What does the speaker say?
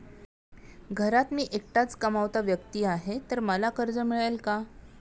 घरात मी एकटाच कमावता व्यक्ती आहे तर मला कर्ज मिळेल का?